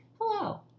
hello